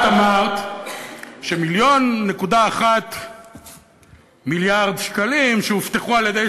את אמרת ש-1.1 מיליארד שקלים שהובטחו על-ידי